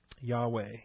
Yahweh